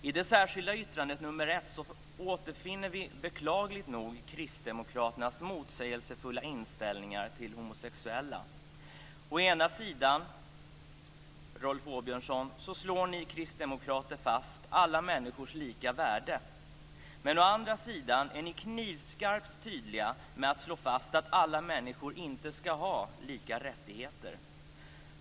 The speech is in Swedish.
I det särskilda yttrandet nr 1 återfinner vi kristdemokraternas motsägelsefulla inställning till homosexuella. Å ena sidan, Rolf Åbjörnsson, slår ni kristdemokrater fast alla människors lika värde. Å andra sidan är ni knivskarpt tydliga med att slå fast att alla människor inte ska ha samma rättigheter.